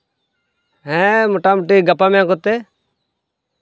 ᱦᱮᱸ ᱢᱳᱴᱟᱢᱩᱴᱤ ᱜᱟᱯᱟ ᱢᱮᱭᱟᱝ ᱠᱚᱛᱮ